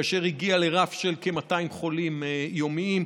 כאשר הגיעה לרף של כ-200 חולים יומיים.